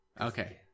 Okay